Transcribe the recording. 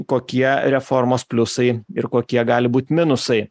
kokie reformos pliusai ir kokie gali būt minusai